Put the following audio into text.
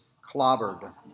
clobbered